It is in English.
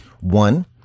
One